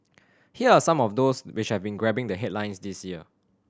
here are some of those which have grabbing the headlines this year